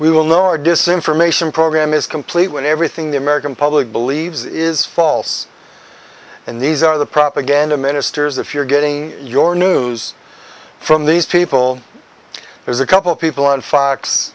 we will know our decision from ation program is complete when everything the american public believes is false and these are the propaganda ministers if you're getting your news from these people there's a couple of people on fox